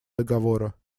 договора